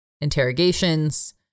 interrogations